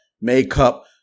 makeup